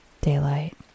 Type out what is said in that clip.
daylight